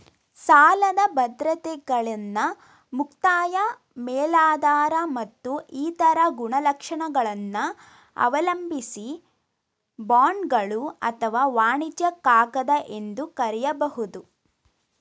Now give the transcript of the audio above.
ಸಾಲದ ಬದ್ರತೆಗಳನ್ನ ಮುಕ್ತಾಯ ಮೇಲಾಧಾರ ಮತ್ತು ಇತರ ಗುಣಲಕ್ಷಣಗಳನ್ನ ಅವಲಂಬಿಸಿ ಬಾಂಡ್ಗಳು ಅಥವಾ ವಾಣಿಜ್ಯ ಕಾಗದ ಎಂದು ಕರೆಯಬಹುದು